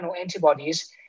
antibodies